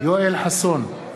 יואל חסון,